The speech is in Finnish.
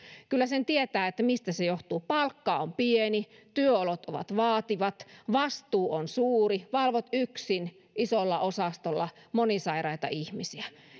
kyllä me kaikki tiedämme mistä se johtuu palkka on pieni työolot ovat vaativat vastuu on suuri valvot yksin isolla osastolla monisairaita ihmisiä